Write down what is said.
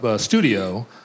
studio